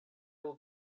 will